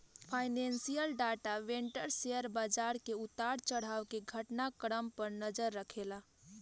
financial data vendor share बाजार के उतार चढ़ाव के घटना क्रम पर नजर रखेला